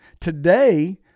today